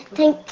Thank